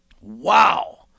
Wow